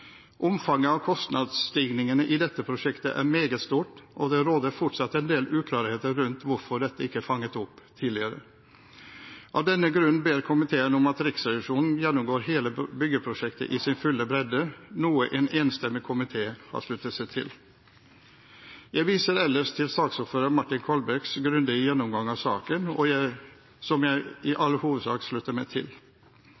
Omfanget av kostnadsstigningene i dette prosjektet er meget stort, og det råder fortsatt en del uklarheter rundt hvorfor dette ikke er fanget opp tidligere. Av denne grunn ber komiteen om at Riksrevisjonen gjennomgår hele byggeprosjektet i sin fulle bredde, noe en enstemmig komité har sluttet seg til. Jeg viser ellers til saksordfører Martin Kolbergs grundige gjennomgang av saken, som jeg i all hovedsak slutter meg til. For øvrig viser jeg